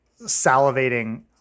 salivating